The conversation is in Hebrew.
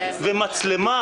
מצלמה,